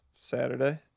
Saturday